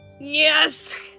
Yes